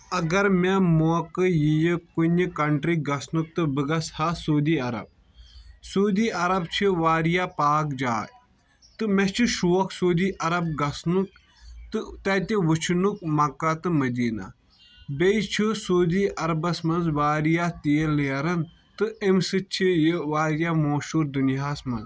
اگر مےٚ موقعہٕ یِیہِ کُنہِ کنٹری گژھنُک تہٕ بہٕ گژھہا سعوٗدی عرب سعوٗدی عرب چھ واریاہ پاک جاے تہٕ مےٚ چھِ شوق سعوٗدی عرب گژھنُک تہٕ تتہِ وٕچھنُک مکہ تہٕ مدینہٕ بییہِ چھُ سعوٗدی عربس منز واریاہ تیٖل نیران تہِ امہِ سۭتۍ چھ یہِ واریاہ مہشہوٗر دُنۍیہس منز